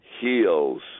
heals